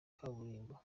kaburimbo